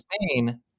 Spain